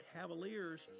Cavaliers